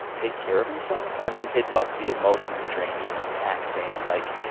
take care of yourself? i mean, it must be emotionally draining and taxing. like,